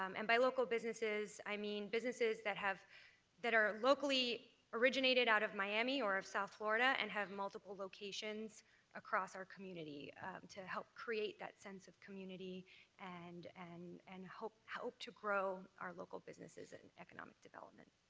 um and by local businesses, i mean businesses that have that are locally originated out of miami or of south florida and have multiple locations across our community to help create that sense of community and and and hope hope to grow our local businesses's and economic development,